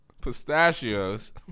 Pistachios